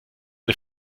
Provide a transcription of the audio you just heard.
der